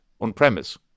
on-premise